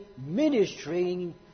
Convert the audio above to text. ministering